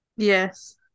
yes